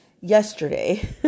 yesterday